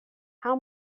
how